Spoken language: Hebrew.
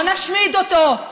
לא נשמיד אותו,